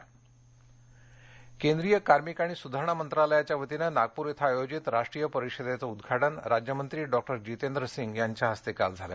परिषद अहमदनगर केन्द्रीय कार्मिक आणि सुधारणा मंत्रालयाच्या वतीनं नागपूर इथं आयोजित राष्ट्रीय परिषदेच उदघाटन राज्यमंत्री डॉक्टर जितेंद्र सिंग यांच्या हस्ते काल झालं